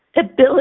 ability